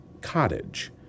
cottage